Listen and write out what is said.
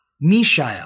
Mishael